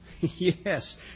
Yes